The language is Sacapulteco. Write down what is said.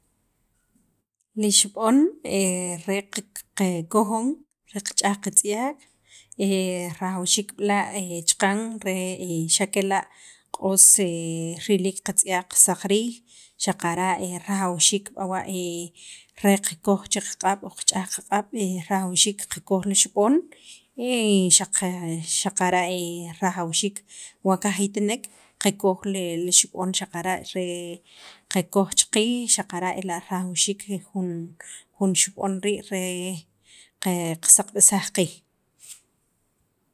Li xib'on re qakojon re qach'aj qatz'yak rajawxiik b'la' chaqan, xa' kela' q'os riliik qatz'yaq saq riij xaqara' rajawxiik b'awa' re qakoj che qaq'ab' wa qach'aj qaq'ab' rajawxiik qakoj li xib'on xaqa xaqara' rajawxiik wa qajitnek qakoj li xib'on xaqara' re qakoj cha qaiij xaqara' ela' rajawxiik jun xib'on rii' re qasaqb'asaj qiij.